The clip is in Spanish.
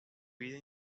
vida